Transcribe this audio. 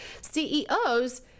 CEOs